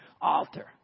altar